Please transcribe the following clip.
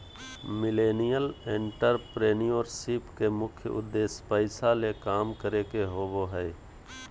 millennial entrepreneurship के मुख्य उद्देश्य पैसा ले काम करे के होबो हय